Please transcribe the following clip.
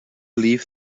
leave